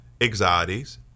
anxieties